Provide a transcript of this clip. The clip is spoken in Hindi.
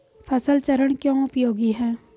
फसल चरण क्यों उपयोगी है?